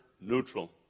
neutral